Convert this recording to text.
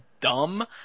dumb